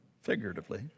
figuratively